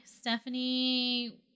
Stephanie